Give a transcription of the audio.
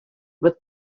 with